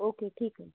okay ठीक आहे